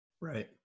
Right